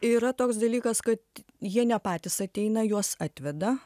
yra toks dalykas kad jie ne patys ateina juos atveda